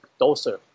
doser